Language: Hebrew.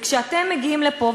וכשאתם מגיעים לפה,